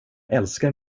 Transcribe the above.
älskar